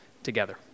together